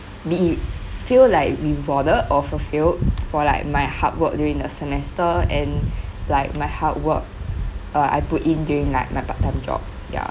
be it feel like rewarded or fulfilled for like my hard work during the semester and like my hard work uh I put in during like my part time job ya